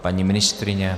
Paní ministryně?